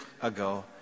ago